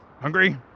Hungry